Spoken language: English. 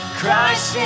Christ